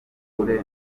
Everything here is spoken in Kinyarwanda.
ubure